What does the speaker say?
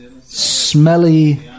smelly